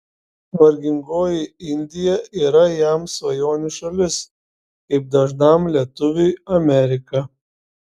vargingoji indija yra jam svajonių šalis kaip dažnam lietuviui amerika